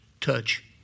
Touch